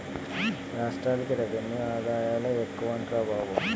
రాష్ట్రాలకి రెవెన్యూ ఆదాయాలే ఎక్కువట్రా బాబు